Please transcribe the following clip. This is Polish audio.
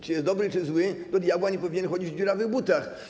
Czy jest dobry, czy zły, do diabła, nie powinien chodzić w dziurawych butach.